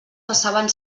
passaven